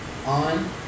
On